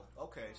okay